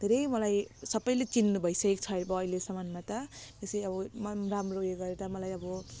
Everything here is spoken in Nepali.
धेरै मलाई सबैले चिन्नु भइसकेको अ अब अहिलेसम्ममा त जसरी अब राम्रो उयो गरेर मलाई अब